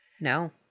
No